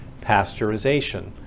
pasteurization